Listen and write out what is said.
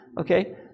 Okay